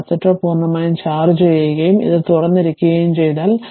capacitor പൂർണമായും charge ചെയ്യുകയും ഇത് തുറന്നിരിക്കുകയും ചെയ്താൽ